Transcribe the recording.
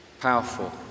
powerful